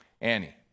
Annie